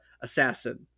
Assassin